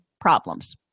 problems